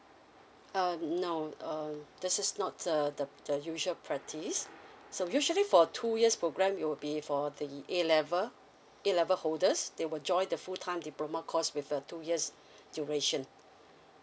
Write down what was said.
uh no uh this is not the the the usual practice so usually for two years program it will be for the A level A level holders they will join the full time diploma course with a two years duration